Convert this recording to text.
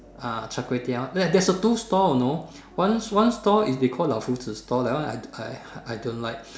ah Char-kway-Teow there's a two stall you know one one stall they call the Fu Zhu store that one I I don't like